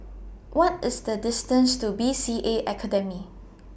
What IS The distance to B C A Academy